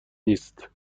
نیست